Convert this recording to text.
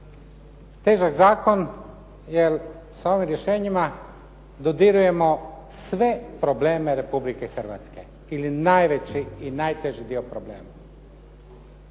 Težak zakon jer sa ovim rješenjima dodirujemo sve probleme Republike Hrvatske ili najveći i najteži dio problema.